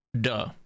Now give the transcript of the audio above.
duh